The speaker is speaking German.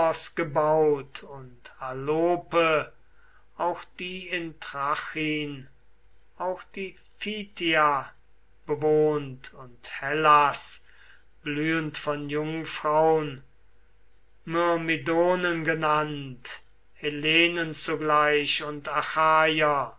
gebaut und alope auch die in trachin auch die phtia bewohnt und hellas blühend von jungfraun myrmidonen genannt hellenen zugleich und